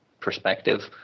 perspective